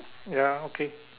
ya okay